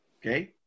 Okay